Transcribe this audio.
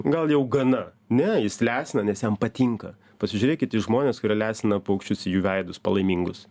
gal jau gana ne jis lesina nes jam patinka pasižiūrėkit į žmones kurie lesina paukščius į jų veidus palaimingus